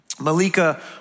Malika